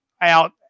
out